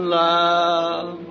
love